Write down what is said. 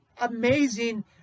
amazing